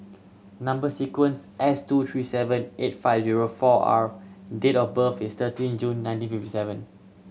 number sequence S two three seven eight five zero four R date of birth is thirteen June nineteen fifty seven